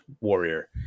warrior